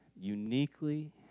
uniquely